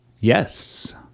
Yes